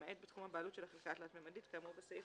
למעט בתחום הבעלות של החלקה התלת־ממדית כאמור בסעיף